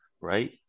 Right